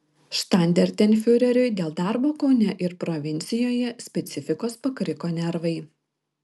štandartenfiureriui dėl darbo kaune ir provincijoje specifikos pakriko nervai